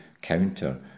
counter